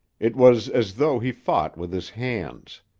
it was as though he fought with his hands.